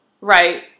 right